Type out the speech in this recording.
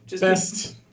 Best